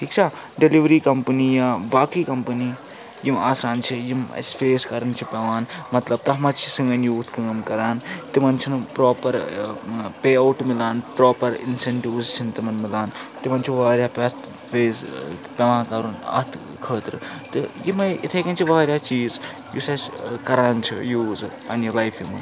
ٹھیٖک چھا delivery company یا باقٕے کَمپٔنی یِم آسان چھِ یِم اَسہِ فیس کَرٕنۍ چھِ پٮ۪وان مطلب تَتھ منٛز چھِ سٲنۍ یوٗتھ کٲم کَران تِمَن چھُنہٕ پرٛاپَر پے آوُٹ میلان پرٛاپَر اِنسینٹیٛوٗز چھِنہٕ تِمَن میلان تِمَن چھُ واریاہ پٮ۪تھ فیس پٮ۪وان کَرُن اَتھ خٲطرٕ تہٕ یِمَے اِتھَے کٔنۍ چھِ واریاہ چیٖز یُس اَسہِ کَران چھِ یوٗز پَنٕنہِ لایفہِ منٛز